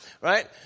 right